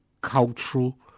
cultural